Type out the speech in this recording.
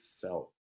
felt